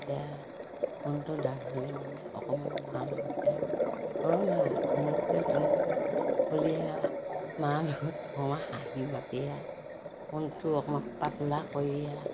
এয়া মনটো ডাঠ হ'লে মানে অকমান মা লগতে অ মা অমুকে তমুকে বুলি আৰু মা লগত অকমান হাঁহি মাতি আৰু মনটো অকমান পাতলা কৰিয়া